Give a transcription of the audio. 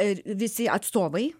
ir visi atstovai